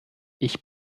ich